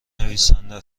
نویسنده